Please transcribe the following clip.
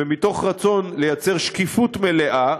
ומתוך רצון ליצור שקיפות מלאה,